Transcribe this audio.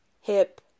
hip